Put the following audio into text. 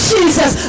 Jesus